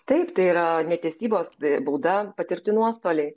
taip tai yra netesybos bauda patirti nuostoliai